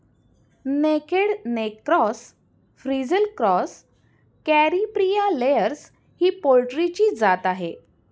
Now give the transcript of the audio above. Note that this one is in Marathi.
naked neck cross, frizzle cross, कॅरिप्रिया लेयर्स ही पोल्ट्रीची जात आहे